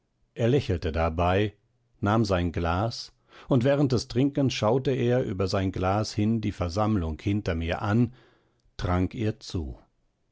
er lächelte dabei nahm sein glas und während des trinkens schaute er über sein glas hin die versammlung hinter mir an trank ihr zu